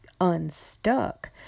unstuck